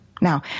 Now